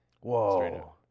Whoa